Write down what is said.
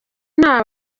nta